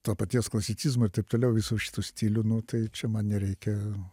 to paties klasicizmo ir taip toliau visų šitų stilių nu tai čia man nereikia